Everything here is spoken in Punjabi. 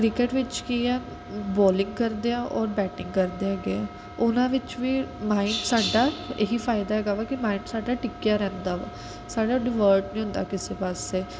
ਕ੍ਰਿਕਟ ਵਿੱਚ ਕੀ ਹੈ ਬੋਲਿੰਗ ਕਰਦੇ ਹਾਂ ਔਰ ਬੈਟਿੰਗ ਕਰਦੇ ਹੈਗੇ ਹਾਂ ਉਨ੍ਹਾਂ ਵਿੱਚ ਵੀ ਮਾਈਂਡ ਸਾਡਾ ਇਹ ਹੀ ਫ਼ਾਇਦਾ ਹੈਗਾ ਵਾ ਕਿ ਮਾਈਂਡ ਸਾਡਾ ਟਿਕਿਆ ਰਹਿੰਦਾ ਵਾ ਸਾਡਾ ਡਿਵਰਟ ਨਹੀਂ ਹੁੰਦਾ ਕਿਸੇ ਪਾਸੇ